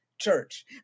church